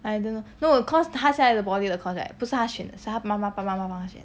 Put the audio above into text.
I don't know no cause 他现在的 poly 的 course right 不是他选的是他妈妈爸爸妈妈选